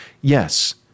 yes